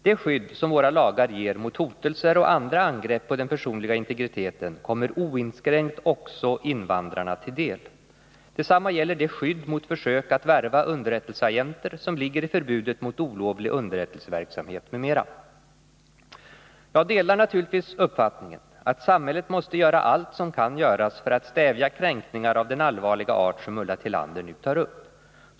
Det skydd som våra lagar ger mot hotelser och andra angrepp på den personliga integriteten kommer oinskränkt också invandrarna till del. Detsamma gäller det skydd mot försök att värva underrättelseagenter som ligger i förbudet mot olovlig underrättelseverksamhet m.m. Jag delar naturligtvis uppfattningen att samhället måste göra allt som kan göras för att stävja kränkningar av den allvarliga art som Ulla Tillander nu tar upp.